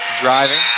Driving